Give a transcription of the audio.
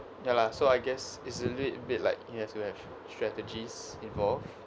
ya lah so I guess it's a little bit like yes you have strategies involved